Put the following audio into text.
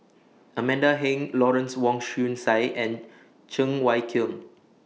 Amanda Heng Lawrence Wong Shyun Tsai and Cheng Wai Keung